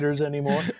anymore